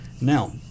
Now